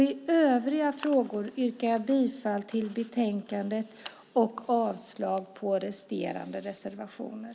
I övriga frågor yrkar jag bifall till förslaget i betänkandet och avslag på resterande reservationer.